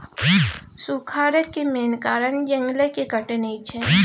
सुखारक मेन कारण जंगलक कटनी छै